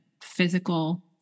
physical